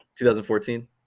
2014